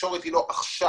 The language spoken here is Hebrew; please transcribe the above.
התקשורת היא לא עכשיו.